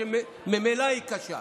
שממילא היא קשה,